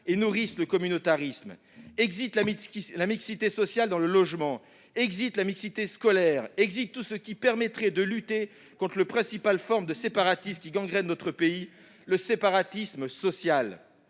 et nourrissent le communautarisme. la mixité sociale dans le logement ; la mixité scolaire ; tout ce qui permettrait de lutter contre la principale forme de séparatisme qui gangrène notre pays : le séparatisme social.